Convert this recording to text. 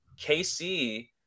KC